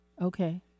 Okay